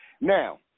Now